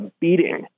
beating